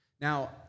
Now